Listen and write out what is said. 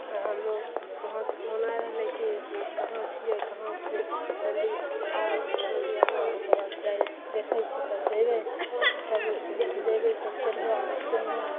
आओर हमरो वहाँसे फोन आइ रहलै कि जे कहाँ छिए कहाँ छिए जल्दी आइ जल्दी आइ आबऽ ओकरबाद जाइ देखै छिए तब जएबै तब जएबै तऽ चलिहऽ चलिहऽ